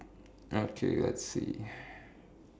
okay let's see